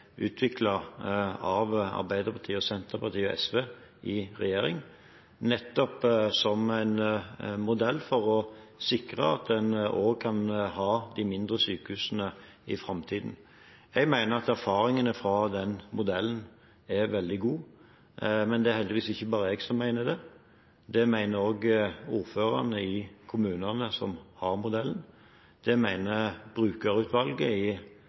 av Arbeiderpartiet, Senterpartiet og SV i regjering, nettopp som en modell for å sikre at en også kan ha de mindre sykehusene i framtiden. Jeg mener at erfaringene fra den modellen er veldig gode, men det er heldigvis ikke bare jeg som mener det. Det mener også ordførerne i kommunene som har modellen, og det mener brukerutvalget i